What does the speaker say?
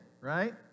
right